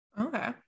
okay